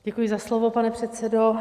Děkuji za slovo, pane předsedo.